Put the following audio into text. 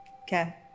Okay